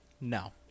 No